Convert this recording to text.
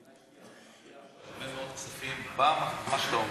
הרבה מאוד כספים, במה שאתה אומר,